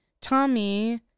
Tommy